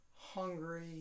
hungry